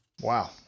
Wow